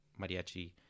mariachi